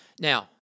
Now